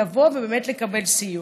כדי לבוא ובאמת לקבל סיוע.